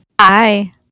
hi